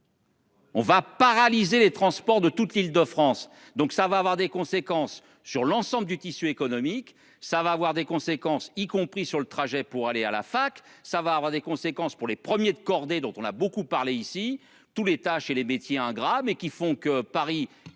On va paralyser les transports de toute l'Île-de-France. Donc ça va avoir des conséquences sur l'ensemble du tissu économique, ça va avoir des conséquences y compris sur le trajet pour aller à la fac ça va avoir des conséquences pour les premiers de cordée dont on a beaucoup parlé ici tous les tâches et les métiers ingrats mais qui font que Paris et